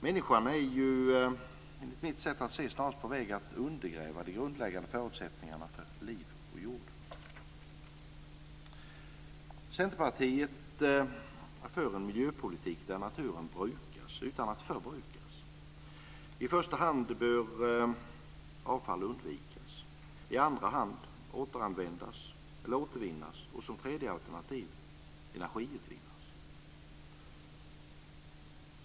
Människan är ju, enligt mitt sätt att se det, snarast på väg att undergräva de grundläggande förutsättningarna för ett liv på jorden. Centerpartiet för en miljöpolitik där naturen brukas utan att förbrukas. I första hand bör avfall undvikas. I andra hand bör det återanvändas eller återvinnas. Som tredje alternativ bör det energiutvinnas.